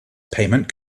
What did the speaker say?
payment